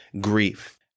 grief